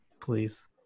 Please